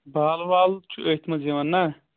بال وال چھِ أتھۍ منٛز یِوان نہ